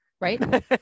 right